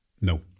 No